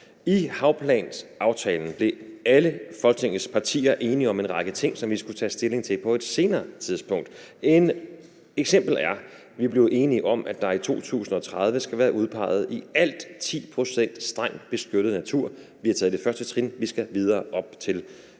I havplansaftalen blev alle Folketingets partier enige om en række ting, som vi skulle tage stilling til på et senere tidspunkt. Et eksempel var, at vi blev enige om, at der i 2030 skal være udpeget i alt 10 pct. strengt beskyttet natur. Vi har taget det første trin, og vi skal videre op til 10 pct.